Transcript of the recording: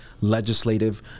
legislative